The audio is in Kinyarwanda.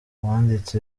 uwanditse